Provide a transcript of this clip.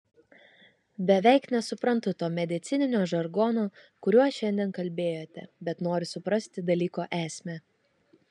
beveik nesuprantu to medicininio žargono kuriuo šiandien kalbėjote bet noriu suprasti dalyko esmę